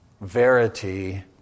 verity